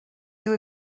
you